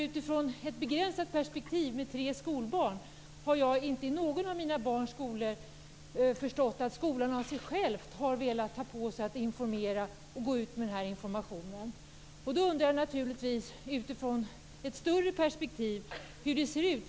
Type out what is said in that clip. Utifrån ett begränsat perspektiv med tre skolbarn har jag förstått att man inte i någon av mina barns skolor själv velat ta på sig att gå ut med information. Jag undrar hur det i ett större perspektiv ser ut.